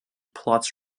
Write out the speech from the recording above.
plots